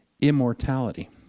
Immortality